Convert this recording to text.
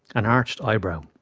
an arched eyebrow.